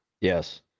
Yes